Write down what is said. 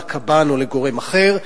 לקב"ן או לגורם אחר,